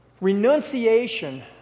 renunciation